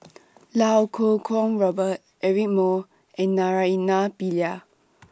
Iau Kuo Kwong Robert Eric Moo and Naraina Pillai